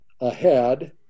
ahead